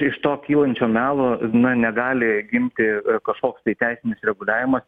iš to kylančio melo na negali gimti kažkoks tai teisinis reguliavimas